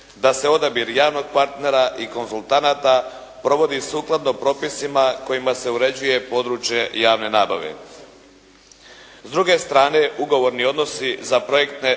da se odabir javnog partnera i konzultanata provodi sukladno propisima kojima se uređuje područje javne nabave. S druge strane ugovorni odnosi za projekte